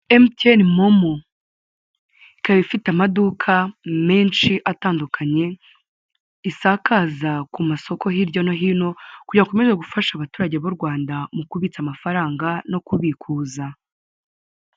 Emutiyene momo ikaba ifite amaduka menshi atandukanye, isakaza ku masoko hirya no hino kugirango bakomeze gufasha abaturage b'u Rwanda mu kubitsa amafaranga no kubikuza.